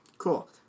Cool